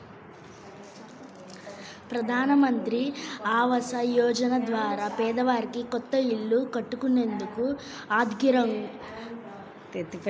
ప్రధానమంత్రి ఆవాస యోజన ద్వారా పేదవారికి కొత్త ఇల్లు కట్టుకునేందుకు ఆర్దికంగా సాయం చేత్తారు